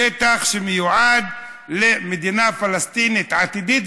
זה שטח שמיועד למדינה פלסטינית עתידית,